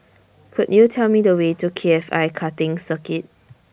Could YOU Tell Me The Way to K F I Karting Circuit